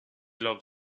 love